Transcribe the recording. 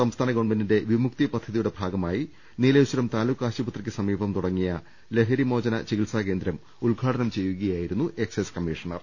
സംസ്ഥാന ഗവൺമെന്റിന്റെ വിമുക്തി പദ്ധ തിയുടെ ഭാഗമായി നീലേശ്വരം താലൂക്ക് ആശുപത്രിയ്ക്കു സമീപം തുടങ്ങിയ ലഹരിമോചന ചികിത്സാകേന്ദ്രം ഉദ്ഘാടനം ചെയ്തുവ രികയായിരുന്നും എക്സൈസ് കമ്മീഷണർ